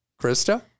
Krista